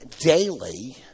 daily